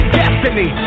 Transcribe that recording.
destiny